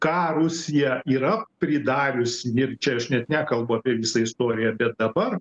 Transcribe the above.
ką rusija yra pridariusi ir čia aš net nekalbu apie visą istoriją bet dabar